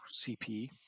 CP